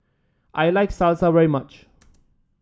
I like Salsa very much